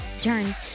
turns